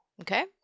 Okay